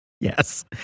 Yes